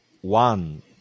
one